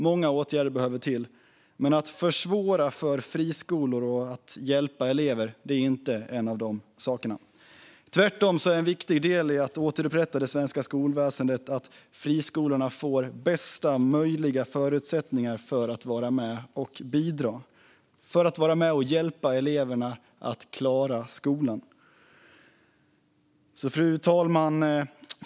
Många åtgärder behöver till, men att försvåra för friskolor att hjälpa elever är inte en av de sakerna. Tvärtom är en viktig del i att återupprätta det svenska skolväsendet att friskolorna får bästa möjliga förutsättningar att vara med och bidra för att hjälpa elever att klara skolan. Fru talman!